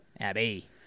Abby